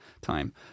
time